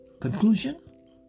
Conclusion